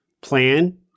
plan